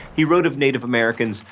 he wrote of native americans,